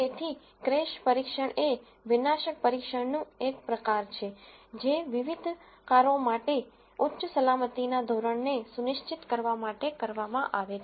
તેથી ક્રેશ પરીક્ષણ એ વિનાશક પરીક્ષણનું એક પ્રકાર છે જે વિવિધ કારો માટે ઉચ્ચ સલામતીના ધોરણને સુનિશ્ચિત કરવા માટે કરવામાં આવે છે